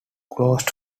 closed